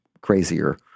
crazier